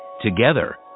Together